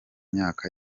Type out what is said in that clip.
myaka